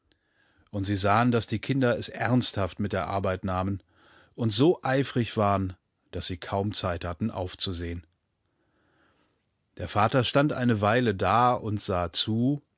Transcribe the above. und sie sahen daß die kinder es ernsthaft mit der arbeit nahmen und so eifrig waren daß sie kaum zeit hatten aufzusehen der vater stand eine weile da und sah zu